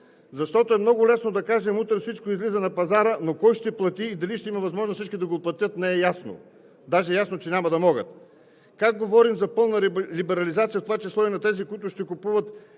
Защото е много лесно да кажем: утре всичко излиза на пазара, но кой ще плати и дали ще има възможност всички да го платят, не е ясно. Даже е ясно, че няма да могат. Как говорим за пълна либерализация, в това число и на тези, които ще купуват